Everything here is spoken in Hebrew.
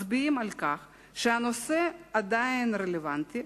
מצביעים על כך שהנושא עדיין רלוונטי,